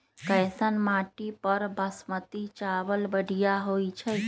कैसन माटी पर बासमती चावल बढ़िया होई छई?